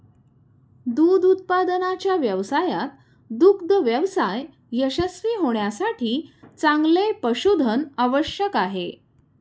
दूध उत्पादनाच्या व्यवसायात दुग्ध व्यवसाय यशस्वी होण्यासाठी चांगले पशुधन आवश्यक आहे